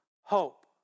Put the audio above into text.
hope